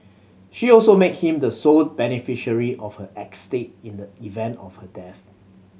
she also made him the sole beneficiary of her estate in the event of her death